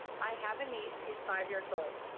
i have a niece, she's five years old.